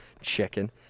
Chicken